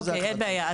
אין בעיה.